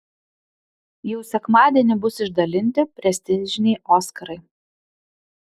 jau sekmadienį bus išdalinti prestižiniai oskarai